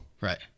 Right